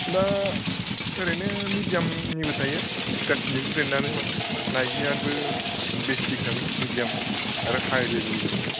दा ओरैनो मिडियामनिबो थायो गासैनिबो ब्रेन्डआनो माने नाइकिनियानोबो बेसिक थागोन मिडियाम आरो हाय लेभेलनिबो मोनगोन